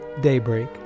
Daybreak